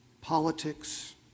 politics